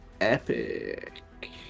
Epic